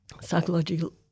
psychological